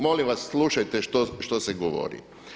Molim vas slušajte što se govori.